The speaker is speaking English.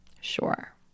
Sure